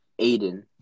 Aiden